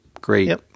great